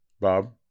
Bob